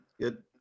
good